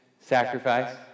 sacrifice